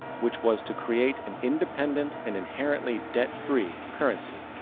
which was to create an independent and inherently debt-free currency.